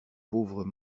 pauvres